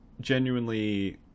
genuinely